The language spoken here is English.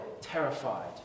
terrified